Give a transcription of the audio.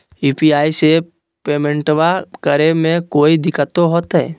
UPI से पेमेंटबा करे मे कोइ दिकतो होते?